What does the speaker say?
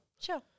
Sure